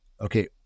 Okay